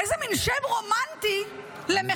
איזה מין שם רומנטי למחבל.